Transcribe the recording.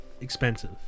expensive